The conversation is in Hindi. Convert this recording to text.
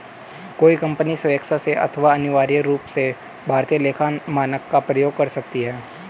कोई कंपनी स्वेक्षा से अथवा अनिवार्य रूप से भारतीय लेखा मानक का प्रयोग कर सकती है